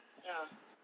ya